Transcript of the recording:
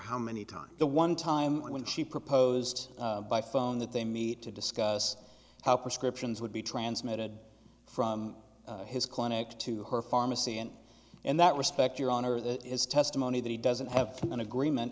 how many times the one time when she proposed by phone that they meet to discuss how prescriptions would be transmitted from his clinic to her pharmacy and and that respect your honor that is testimony that he doesn't have an agreement